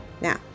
now